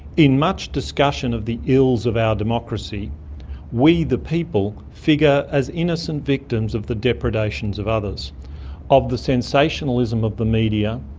in much discussion of the ills of our democracy we the people figure as innocent victims of the depredations of others of the sensationalism of the media,